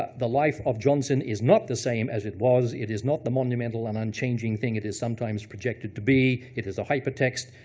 the life of johnson is not the same as it was. it is not the monumental and unchanging thing it is sometimes projected to be. it is a hypertext,